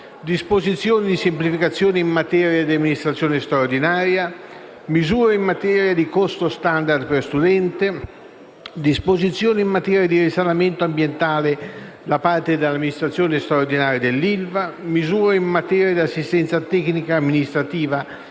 disposizioni di semplificazione in materia di amministrazione straordinaria; misure in materia di costo *standard* per studente; disposizioni in materia di risanamento ambientale da parte dell'amministrazione straordinaria dell'ILVA; misure in materia di assistenza tecnica-amministrativa